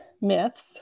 myths